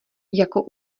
jako